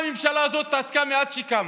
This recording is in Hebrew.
במה הממשלה הזאת התעסקה מאז שהיא קמה?